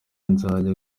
nzajya